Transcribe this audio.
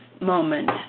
moment